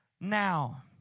now